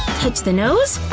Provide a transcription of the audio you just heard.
touch the nose?